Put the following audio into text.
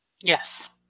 Yes